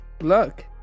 look